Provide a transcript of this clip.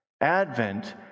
Advent